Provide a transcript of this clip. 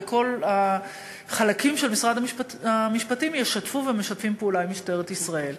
וכל החלקים של משרד המשפטים ישתפו ומשתפים פעולה עם משטרת ישראל.